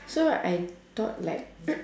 so I thought like